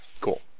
Cool